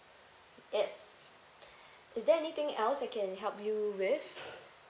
yes is there anything else I can help you with